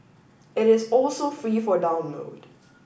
it is also free for download